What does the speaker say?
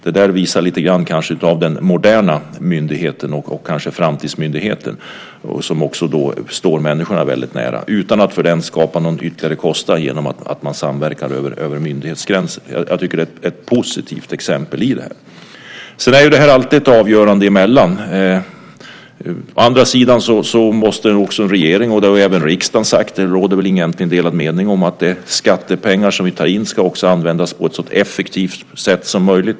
Det visar kanske lite grann av den moderna myndigheten, och kanske framtidsmyndigheten, som också står människorna väldigt nära - utan att för den sakens skull skapa någon ytterligare kostnad genom att man samverkar över myndighetsgränser. Jag tycker att det är ett positivt exempel. Sedan är det här alltid ett avgörande man måste göra. Däremot måste regeringen, och det har även riksdagen sagt, det råder det väl egentligen inga delade meningar om, se till att de skattemedel som vi tar in ska användas på ett så effektivt sätt som möjligt.